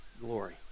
glory